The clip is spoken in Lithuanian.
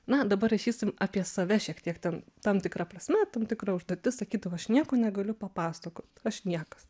na dabar rašysim apie save šiek tiek ten tam tikra prasme tam tikra užduotis sakydavo aš nieko negaliu papasakot aš niekas